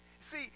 See